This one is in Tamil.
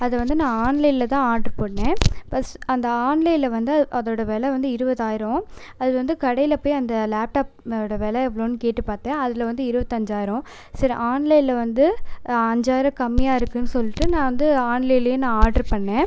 அது வந்து நான் ஆன்லைனில் தான் ஆர்டர் பண்ணேன் ஃபர்ஸ்ட் அந்த ஆன்லைனில் வந்து அதோடய விலை வந்து இருபதாயிரம் அது வந்து கடையில் போய் அந்த லேப்டாப்போடய விலை எவ்வளோனு கேட்டுப்பார்த்தேன் அதில் வந்து இருபத்தஞ்சாயிரம் சரி ஆன்லைனில் வந்து அஞ்சாயிரம் கம்மியாக இருக்குதுன்னு சொல்லிவிட்டு நான் வந்து ஆன்லைனிலேயே நான் ஆர்டர் பண்ணேன்